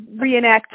reenact